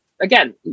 again